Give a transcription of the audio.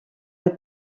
the